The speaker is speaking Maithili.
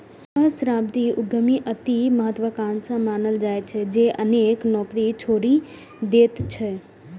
सहस्राब्दी उद्यमी अति महात्वाकांक्षी मानल जाइ छै, जे अनेक नौकरी छोड़ि दैत छै